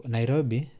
Nairobi